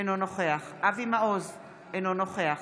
אינו נוכח אבי מעוז, אינו נוכח